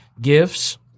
gifts